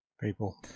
people